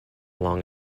long